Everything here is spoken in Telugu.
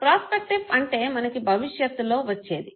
ప్రాస్పెక్టివ్ అంటే మనకి భవిషత్తులో వచ్చేది